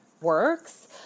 works